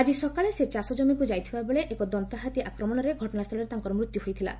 ଆଜି ସକାଳେ ସେ ଚାଷଜମିକୁ ଯାଇଥିବା ବେଳେ ଏକ ଦନ୍ତାହାତୀ ଆକ୍ରମଶରେ ଘଟଣାସ୍ଚୁଳରେ ତାଙ୍କର ମୃତ୍ଧୁ ହୋଇଥଲା